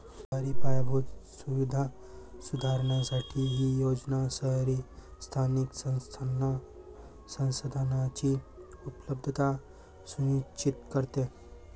शहरी पायाभूत सुविधा सुधारण्यासाठी ही योजना शहरी स्थानिक संस्थांना संसाधनांची उपलब्धता सुनिश्चित करते